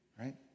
right